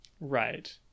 Right